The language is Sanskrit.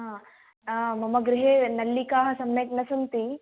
हा मम गृहे नल्लिकाः सम्यक् न सन्ति